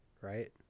right